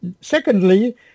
secondly